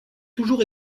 toujours